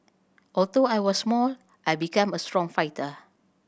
although I was small I became a strong fighter